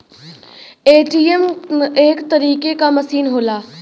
ATM एक तरीके क मसीन होला